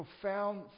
profound